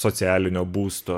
socialinio būsto